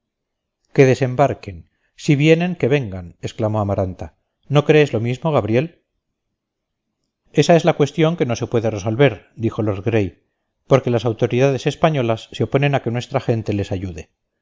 que desembarquen si vienen que vengan exclamó amaranta no crees lo mismo gabriel esa es la cuestión que no se puede resolver dijo lord gray porque las autoridades españolas se oponen a que nuestra gente les ayude